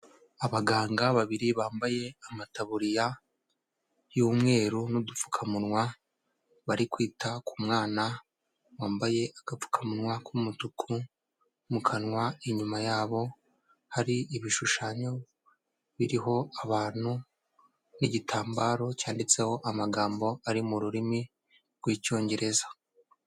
Abaganga babiri bambaye amataburiya y'umweru n'udupfukamunwa, bari kwita ku mwana, wambaye agapfukamunwa k'umutuku mu kanwa, inyuma yabo hari ibishushanyo, biriho abantu n'igitambaro cyanditseho amagambo ari mu rurimi rw'Icyongereza.